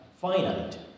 finite